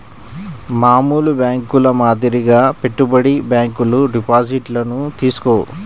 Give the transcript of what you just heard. మామూలు బ్యేంకుల మాదిరిగా పెట్టుబడి బ్యాంకులు డిపాజిట్లను తీసుకోవు